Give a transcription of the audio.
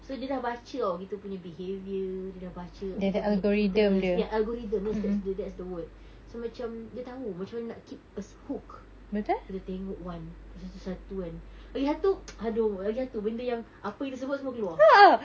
so dia dah baca [tau] kita punya behaviour dia dah baca kita punya interest ya algorithm yes that's the that's the word so macam dia tahu macam mana nak keep us hook kita tengok one lepas satu-satu kan lagi satu !aduh! lagi satu benda yang apa kita sebut semua keluar